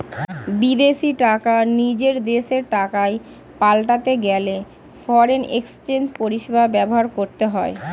বিদেশী টাকা নিজের দেশের টাকায় পাল্টাতে গেলে ফরেন এক্সচেঞ্জ পরিষেবা ব্যবহার করতে হয়